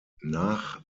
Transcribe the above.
nach